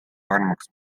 paremaks